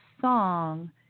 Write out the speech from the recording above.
song